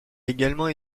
également